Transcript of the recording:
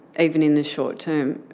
even in the short term.